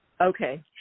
okay